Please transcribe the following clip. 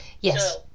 Yes